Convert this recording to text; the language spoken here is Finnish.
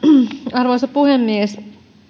arvoisa puhemies